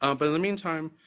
um but in the meantime,